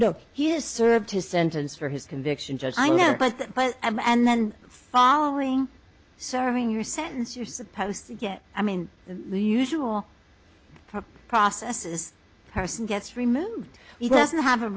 know he has served his sentence for his convictions i know but but and then following serving your sentence you're supposed to get i mean the usual process is a person gets removed he doesn't have a